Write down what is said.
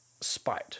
spite